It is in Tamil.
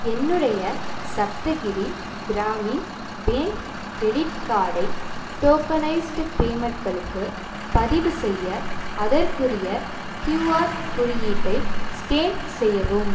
என்னுடைய சப்தகிரி கிராமின் பேங்க் கிரெடிட் கார்டை டோகனைஸ்டு பேமெண்ட்டுகளுக்கு பதிவுசெய்ய அதற்குரிய க்யூஆர் குறியீட்டை ஸ்கேன் செய்யவும்